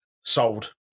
Sold